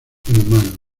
humanos